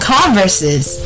Converse's